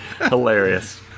Hilarious